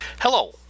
Hello